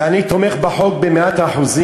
ואני תומך בחוק במאה אחוז,